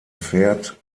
pferd